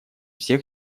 всех